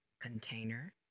container